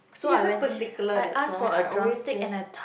so you're so particular that's why I always just